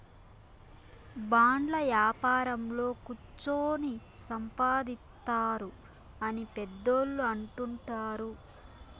బాండ్ల యాపారంలో కుచ్చోని సంపాదిత్తారు అని పెద్దోళ్ళు అంటుంటారు